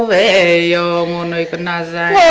a bonanza